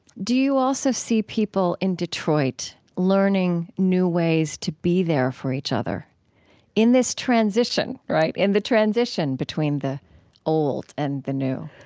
do you also see people in detroit learning new ways to be there for each other in this transition, right, in the transition between the old and the new?